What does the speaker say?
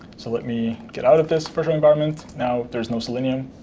so let me get out of this virtual environment. now there's no selenium.